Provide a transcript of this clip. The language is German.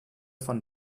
von